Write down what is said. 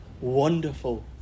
wonderful